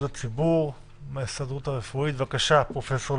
זה מקובל עליכם, נכון?